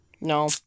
No